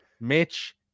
Mitch